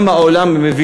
וגם מדינות העולם מתיישרות